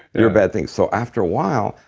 you're a bad thing. so after a while,